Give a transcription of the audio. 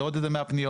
זה עוד 100 פניות,